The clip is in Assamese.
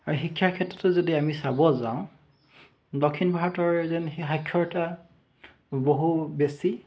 আৰু শিক্ষাৰ ক্ষেত্ৰতো যদি আমি চাব যাওঁ দক্ষিণ ভাৰতৰ যেন সেই সাক্ষৰতা বহু বেছি